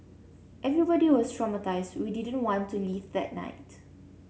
everybody was traumatised we didn't want to leave that night